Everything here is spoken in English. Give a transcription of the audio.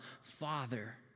Father